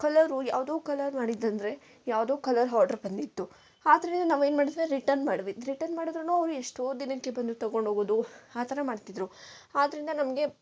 colour ಯಾವುದೋ colour ಮಾಡಿದ್ದಂದ್ರೆ ಯಾವುದೋ ಕಲರ್ ಹಾರ್ಡ್ರ್ ಬಂದಿತ್ತು ಆದ್ರೆ ನಾವೇನು ಮಾಡಿದ್ವಿ ರಿಟನ್ ಮಾಡ್ವಿ ರಿಟನ್ ಮಾಡಿದ್ರೂ ಅವರು ಎಷ್ಟೋ ದಿನಕ್ಕೆ ಬಂದು ತಗೊಂಡೋಗೋದು ಆ ಥರ ಮಾಡ್ತಿದ್ರು ಆದ್ರಿಂದ ನಮಗೆ